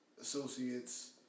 associates